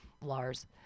lars